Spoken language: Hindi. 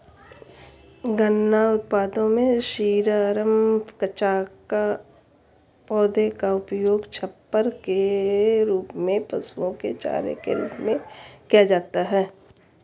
गन्ना उत्पादों में शीरा, रम, कचाका, पौधे का उपयोग छप्पर के रूप में, पशुओं के चारे के रूप में किया जाता है